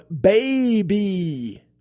baby